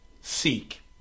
seek